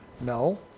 No